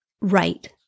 right